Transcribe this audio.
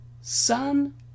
Son